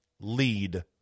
lead